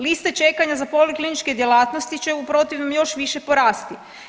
Liste čekanja za polikliničke djelatnosti će u protivnom još više porasti.